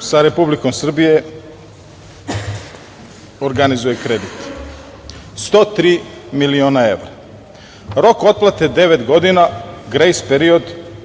sa Republikom Srbijom organizuje kredit, 103 miliona evra, rok otplate devet godina, grejs period